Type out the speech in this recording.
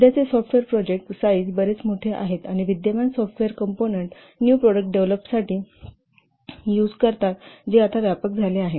सध्याचे software project size बरेच मोठे आहेत आणि विद्यमान सॉफ्टवेअर कंपोनंन्ट न्यू प्रॉडक्ट डेव्हलपसाठी यूज करतात जे आता व्यापक झाले आहेत